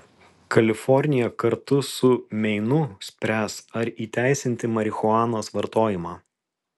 kalifornija kartu su meinu spręs ar įteisinti marihuanos vartojimą